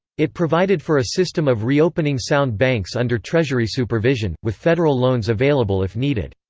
it provided for a system of reopening sound banks under treasury supervision, with federal loans available if needed.